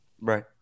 Right